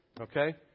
okay